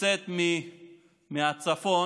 לצאת מהצפון.